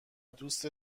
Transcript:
دوست